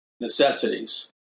necessities